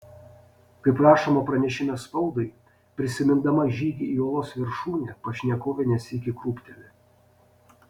kaip rašoma pranešime spaudai prisimindama žygį į uolos viršūnę pašnekovė ne sykį krūpteli